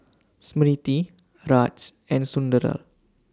Smriti Raj and Sunderlal